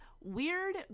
Weird